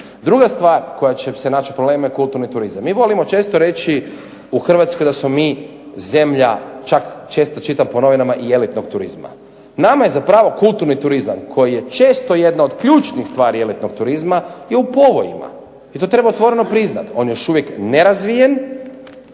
Druga stvar koja će se naći u problemima je kulturni turizam. Mi volimo često reći u Hrvatskoj da smo mi zemlja čak često čitam po novinama i elitnog turizma. Nama je zapravo kulturni turizam koji je često jedna od ključnih stvari elitnog turizma je u povojima i to treba otvoreno priznati. On je još uvijek nerazvijen,